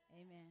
Amen